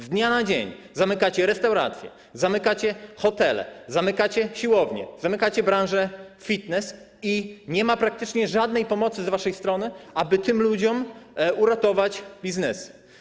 Z dnia na dzień zamykacie restauracje, zamykacie hotele, zamykacie siłownie, zamykacie branżę fitness i nie ma praktycznie żadnej pomocy z waszej strony, aby tym ludziom uratować biznesy.